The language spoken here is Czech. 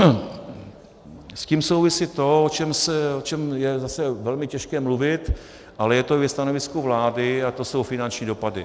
S tím souvisí to, o čem je zase velmi těžké mluvit, ale je to ve stanovisku vlády, a to jsou finanční dopady.